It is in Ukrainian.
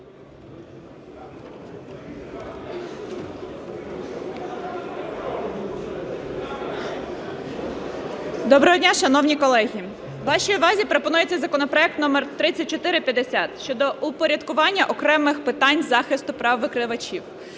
Доброго дня, шановні колеги! Вашій увазі пропонується законопроект номер 3450 щодо упорядкування окремих питань захисту прав викривачів.